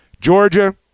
Georgia